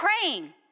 praying